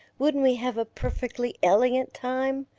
wouldn't we have a perfectly elegant time?